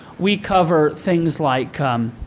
we cover things like